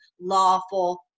lawful